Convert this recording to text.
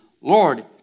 Lord